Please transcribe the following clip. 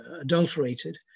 adulterated